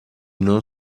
non